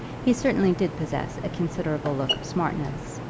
he certainly did possess a considerable look of smartness,